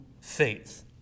faith